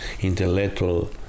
intellectual